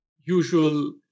usual